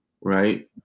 right